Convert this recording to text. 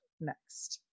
next